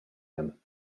him